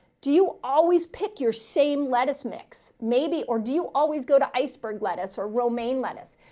do you always pick your same lettuce mix maybe? or do you always go to iceberg lettuce or romaine lettuce?